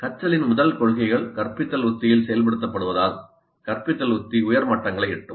கற்றலின் முதல் கொள்கைகள் கற்பித்தல் உத்தியில் செயல்படுத்தப்படுவதால் கற்பித்தல் உத்தி உயர் மட்டங்களை எட்டும்